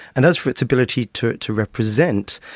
and as for its ability to to represent,